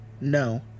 No